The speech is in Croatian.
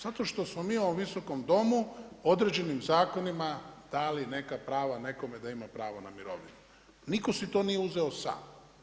Zato što smo mi u ovom Visokom domu određenim zakonima dali neka prava nekome da ima pravo na mirovinu, nitko si to nije uzeo sam.